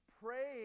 Praying